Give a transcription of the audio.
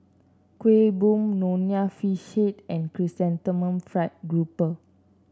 Kuih Bom Nonya Fish Head and Chrysanthemum Fried Grouper